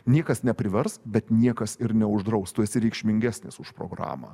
niekas neprivers bet niekas ir neuždraustas tu esi reikšmingesnis už programą